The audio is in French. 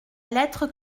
lettre